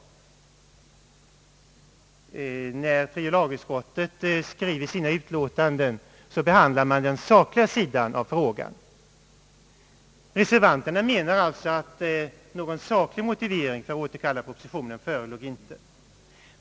När tredje lagutskottet skriver sina utlåtanden, behandiar man den sakliga sidan av frågan. Reservanterna menar alltså att någon saklig motivering för att återkalla propositionen inte föreligger.